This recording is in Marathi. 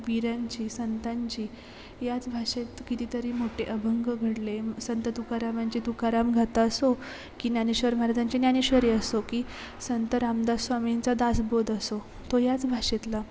वीरांची संतांची याच भाषेत कितीतरी मोठे अभंग घडले संत तुकारामांचे तुकाराम गाथा असो की ज्ञानेश्वर महाराजांची ज्ञानेश्वरी असो की संत रामदास स्वामींचा दासबोध असो तो याच भाषेतला